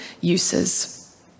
uses